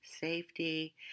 safety